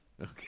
Okay